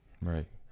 Right